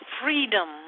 freedom